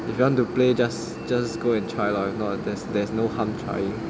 if you want to play just just go and try lah if not there's there's no harm trying